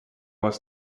was